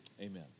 Amen